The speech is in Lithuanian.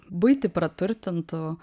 buitį praturtintų